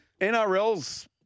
NRLs